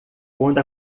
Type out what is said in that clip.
quando